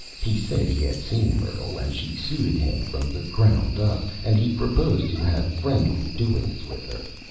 he said he had seen myrtle, and she suited him from the ground up, and he proposed to have friendly doings with her.